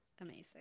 Amazing